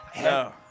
No